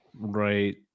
Right